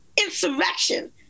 insurrection